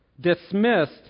dismissed